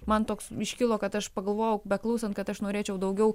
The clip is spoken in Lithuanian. man toks iškilo kad aš pagalvojau beklausant kad aš norėčiau daugiau